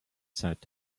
zeit